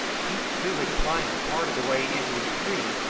he too had climbed part of the way into a tree,